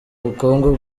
bukungu